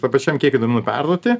tam pačiam kiekiui duomenų perduoti